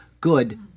good